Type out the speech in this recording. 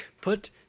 Put